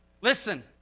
Listen